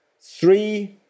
Three